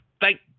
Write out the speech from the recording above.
thank